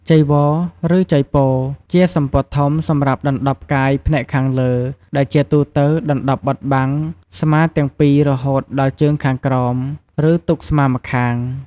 ចីវរឬចីពរ ជាសំពត់ធំសម្រាប់ដណ្ដប់កាយផ្នែកខាងលើ ដែលជាទូទៅដណ្ដប់បិទបាំងស្មាទាំងពីររហូតដល់ជើងខាងក្រោម ឬទុកស្មាម្ខាង។